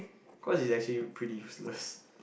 cause it's actually